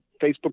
Facebook